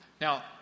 Now